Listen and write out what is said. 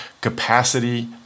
capacity